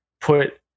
put